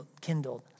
kindled